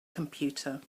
computer